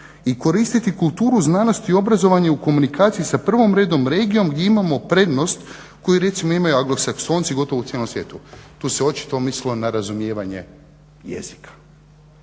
i koristiti kulturu znanosti, obrazovanja u komunikaciji sa prvom redom regijom gdje imamo prednost koju recimo imaju Anglosaksonci gotovo u cijelom svijetu." Tu se očito mislilo na razumijevanje jezika.